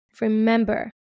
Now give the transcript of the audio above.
remember